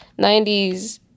90s